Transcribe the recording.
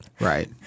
Right